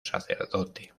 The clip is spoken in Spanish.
sacerdote